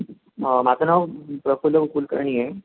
माझं नाव प्रफुल्ल उ कुलकर्णी आहे